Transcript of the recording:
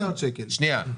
שנייה,